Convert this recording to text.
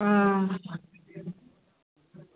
ꯑꯥ